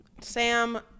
Sam